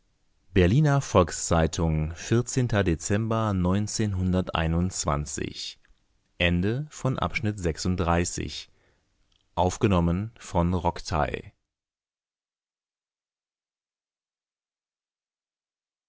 berliner volks-zeitung dezember